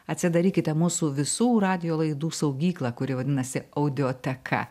atsidarykite mūsų visų radijo laidų saugyklą kuri vadinasi audioteka